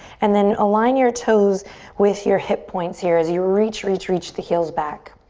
and then align your toes with your hip points here as you reach, reach, reach the heels back.